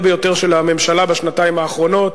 ביותר של הממשלה בשנתיים האחרונות,